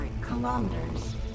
kilometers